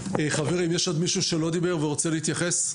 חברים, יש עוד מישהו שלא דיבר ורוצה להתייחס?